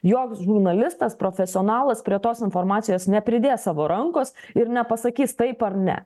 joks žurnalistas profesionalas prie tos informacijos nepridės savo rankos ir nepasakys taip ar ne